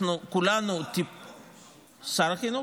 אנחנו כולנו --- שר החינוך?